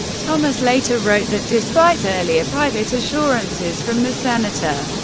thomas later wrote that despite earlier private assurances from the senator,